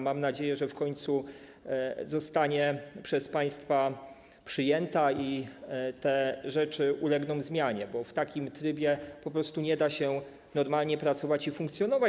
Mam nadzieję, że w końcu zostanie ona przez państwa przyjęta i te rzeczy ulegną zmianie, bo w takim trybie po prostu nie da się normalnie pracować i funkcjonować.